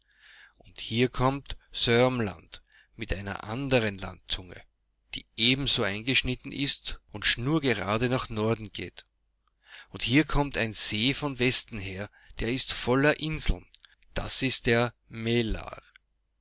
und hier kommt sörmland mit einer anderen landzunge die ebenso eingeschnitten ist und schnurgerade nach norden geht und hier kommt ein see von westen her der ist voller inseln das ist der